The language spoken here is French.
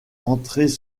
entrées